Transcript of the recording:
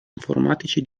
informatici